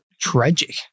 tragic